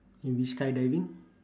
maybe skydiving